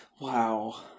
Wow